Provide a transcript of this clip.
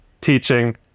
teaching